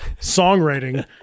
songwriting